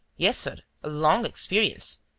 yes, sir, a long experience,